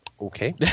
Okay